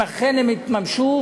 אם אכן הן יתממשו,